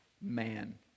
man